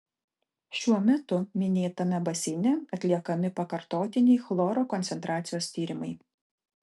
šiuo metu minėtame baseine atliekami pakartotiniai chloro koncentracijos tyrimai